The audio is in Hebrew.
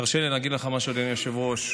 תרשה לי להגיד לך משהו, אדוני היושב-ראש.